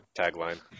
tagline